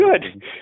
good